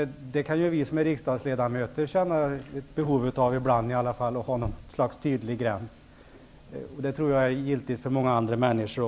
Även vi riksdagsledamöter kan åtminstone ibland känna ett behov av en tydlig sådan gräns, och jag tror att detsamma gäller också för många andra människor.